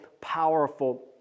powerful